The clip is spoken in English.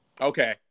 Okay